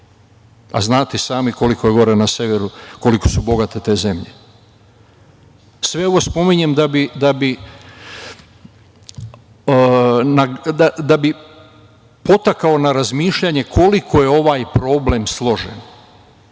A, znate i sami koliko su gore na severu bogate zemlje. Sve ovo spominjem da bi podstakao na razmišljanje koliko je ovaj problem složen.